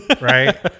right